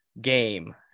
game